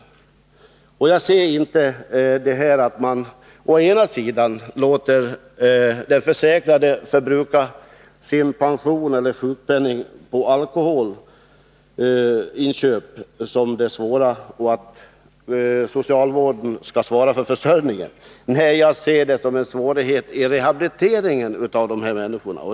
Som jag ser det är inte problemet i och för sig att den försäkrade förbrukar sin pension och sjukpenning på alkoholinköp och att socialvården sedan får svara för försörjningen. Nej, det allvarliga är att det försvårar rehabiliteringen av dessa människor.